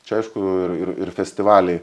čia aišku ir ir ir festivaliai